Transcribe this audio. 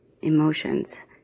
emotions